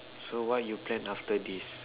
so what you plan after this